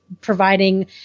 providing